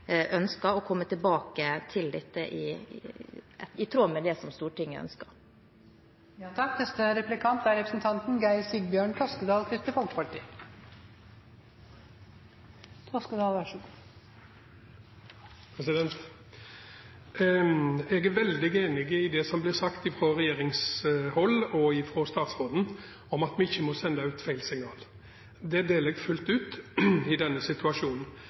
ønsker, og kommer tilbake til dette – i tråd med det som Stortinget ønsker. Jeg er veldig enig i det som blir sagt fra regjeringshold og fra statsråden om at vi ikke må sende ut feil signal. Det deler jeg fullt ut i denne situasjonen,